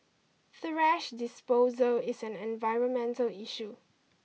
thrash disposal is an environmental issue